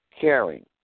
caring